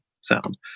sound